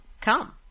come